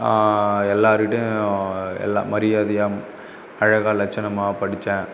எல்லாருகிட்டேயும் எல்லா மரியாதையாக அழகாக லட்சணமாக படித்தேன்